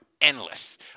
endless